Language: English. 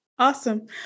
Awesome